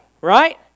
right